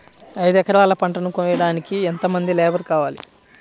ఐదు ఎకరాల పంటను కోయడానికి యెంత మంది లేబరు కావాలి?